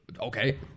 okay